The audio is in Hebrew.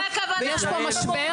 ויש פה משבר.